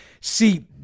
See